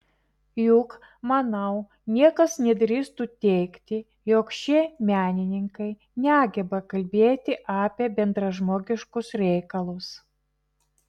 juk manau niekas nedrįstų teigti jog šie menininkai negeba kalbėti apie bendražmogiškus reikalus